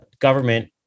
government